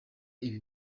ibi